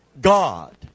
God